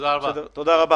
תודה רבה.